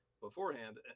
beforehand